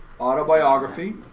autobiography